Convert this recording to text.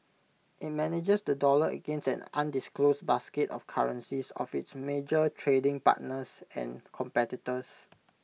IT manages the dollar against an undisclosed basket of currencies of its major trading partners and competitors